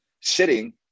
sitting